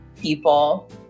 people